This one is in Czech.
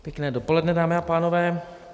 Pěkné dopoledne, dámy a pánové.